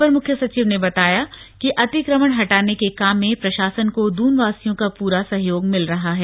अपर मुख्य सचिव ने बताया कि अतिक्रमण हटाने के काम में प्रशासन को दून वासियों का पूरा सहयोग मिल रहा है